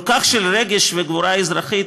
כל כך של רגש וגבורה אזרחית,